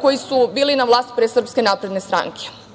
koji su bili na vlast pre SNS.Razmišljam,